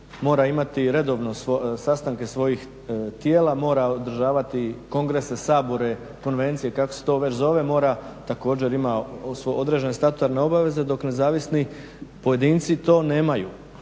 Mora imati redovno sastanke svojih tijela, mora održavati kongrese, sabore, konvencije, kako se to već zove. Mora, također ima određene statutarne obaveze dok nezavisni pojedinci to nemaju.